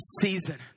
season